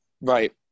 Right